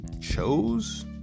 chose